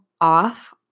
off